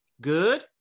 good